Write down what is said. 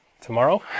tomorrow